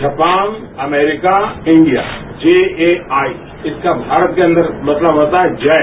Japan America India J A I इसका भारत के अंदर मतलब होता है जय